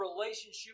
relationship